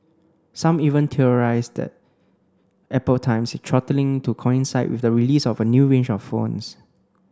some even theorised that Apple times its throttling to coincide with the release of a new range of phones